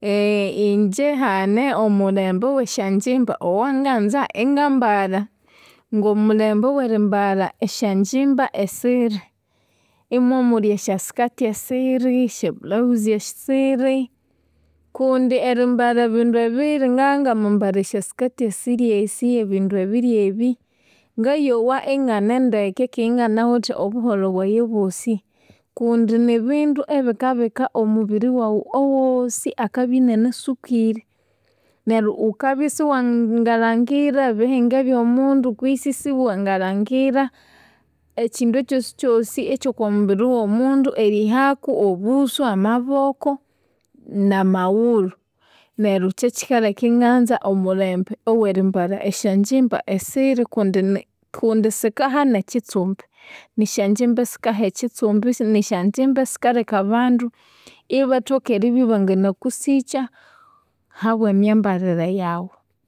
Inje hane omulembe owesyanjimba owanganza ingambalha. Ngomulembe owerimbalha esyanjimba esiri; omomuli esyasikati esiri, esyabulaghuzi esiri, kundi erimbalha ebindu ebiri, ngabya ngamambalha esyasikati esiri esi, ebindu ebiri ebi, ngayowa inganendeke keghe inganawithe obuholho bwayi obwosi kundi nibindu ebikabika omubiri waghu owooosi akabya inianaswikire. Neryo ghukabya isiwangalhangira ebihinga ebyomundu kwisi isiwangalhangira ekyindu kyosikyosi ekyokwamubiri owomundu erihaku obusu, amaboko, namaghulhu. Neryo kyekikaleka inganza omulembe owerimbalha esyanjimba esiri kundi kundi sikaha nekyitsumbi. Nisyanjimba esikaha ekyitsumbi, nisyanjimba esikaleka abandu ibathoka eribabya ibanginakusikya ahabwa emyambalire yaghu.